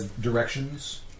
directions